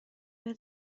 بهت